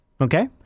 okay